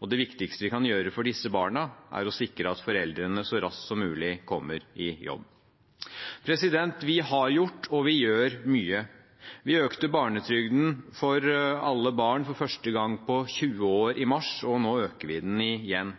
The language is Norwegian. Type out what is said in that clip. Det viktigste vi kan gjøre for disse barna, er å sikre at foreldrene så raskt som mulig kommer i jobb. Vi har gjort, og vi gjør, mye. Vi økte barnetrygden for alle barn for første gang på 20 år i mars, og nå øker vi den igjen.